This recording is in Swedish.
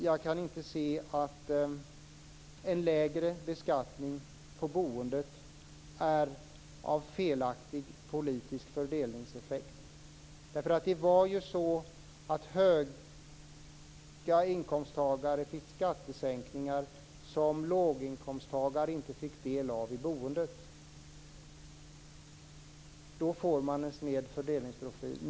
Jag kan inte se att en lägre beskattning på boendet får felaktig politisk fördelningseffekt. För det var ju så att höginkomsttagare fick skattesänkningar som låginkomsttagare inte fick del av i boendet. Då får man en sned fördelningsprofil.